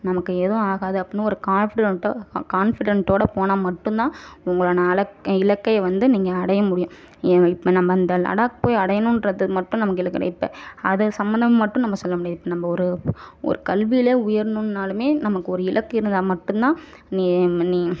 நமக்கு எதுவும் ஆகாது அப்படின்னு ஒரு கான்ஃபிடன்ட்டாக கான்ஃபிடன்ட்டோட போனால் மட்டும் தான் உங்களால் அலக் இலக்கை வந்து நீங்கள் அடைய முடியும் ஏன் இப்போ நம்ம அந்த லடாக் போய் அடையணும்ன்றது மட்டும் நமக்கு இலக்கு கிடையாது இப்போ அது சம்மந்தமாக மட்டும் நம்ம சொல்ல முடியாது இப்போ நம்ப ஒரு ஒரு கல்வியிலேயே உயரணுன்னாலும் நமக்கு ஒரு இலக்கு இருந்தால் மட்டும் தான் நீ நீ